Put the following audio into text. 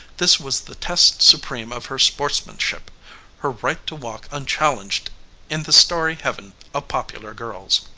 this was the test supreme of her sportsmanship her right to walk unchallenged in the starry heaven of popular girls.